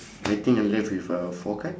I think I'm left with uh four card